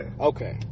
Okay